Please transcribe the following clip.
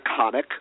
iconic